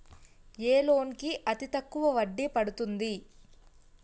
ఏ loan కి అతి తక్కువ వడ్డీ పడుతుంది?